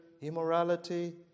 immorality